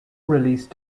release